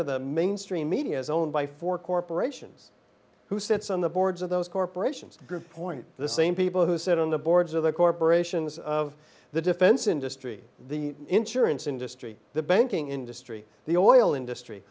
of the mainstream media is owned by four corporations who sits on the boards of those corporations point the same people who sit on the boards of the corporations of the defense industry the insurance industry the banking industry the oil industry